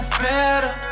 better